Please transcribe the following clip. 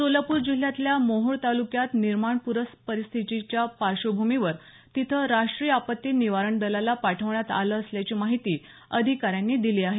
सोलापूर जिल्ह्यातल्या मोहोळ तालुक्यात निर्माण प्रपरिस्थीच्या पार्श्वभूमीवर तिथं राष्ट्रीय आपत्ती निवारण दलाला पाठवण्यात आलं असल्याची माहिती अधिकाऱ्यांनी दिली आहे